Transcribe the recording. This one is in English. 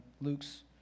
Luke's